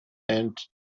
and